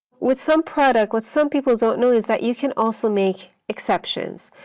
with sumproduct, what some people don't know is that you can also make exceptions.